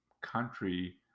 country